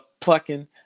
plucking